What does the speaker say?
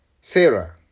Sarah